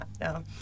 No